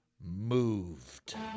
moved